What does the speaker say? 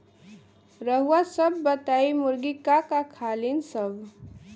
रउआ सभ बताई मुर्गी का का खालीन सब?